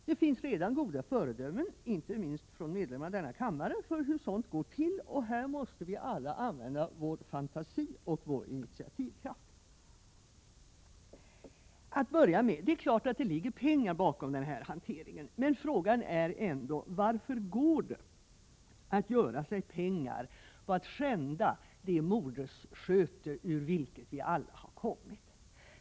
Det finns redan goda föredömen — inte minst i den här kammaren — när det gäller hur sådant går till. Här måste vi alla använda vår fantasi och vår initiativkraft. Till att börja med är det givetvis så, att det ligger pengar bakom den här hanteringen, men frågan är ändå: Varför går det att göra sig pengar på att skända det moderssköte ur vilket vi alla har kommit?